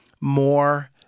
more